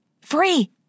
Free